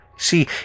See